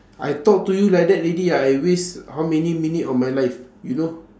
I talk to you like that already I waste how many minute of my life you know